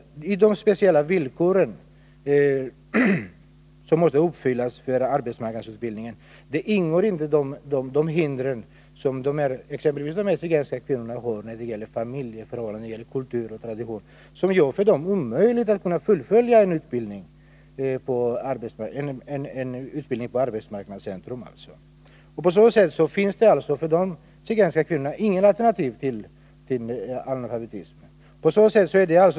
De speciella villkor som måste uppfyllas för arbetsmarknadsutbildning kan de zigenska kvinnorna inte uppfylla på grund av familjeförhållanden, kultur och tradition. Det blir därför omöjligt för dem att kunna fullfölja en utbildning på arbetsmarknadscentrum. På så sätt finns det för dessa zigenska kvinnor inget alternativ till analfabetismen.